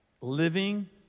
living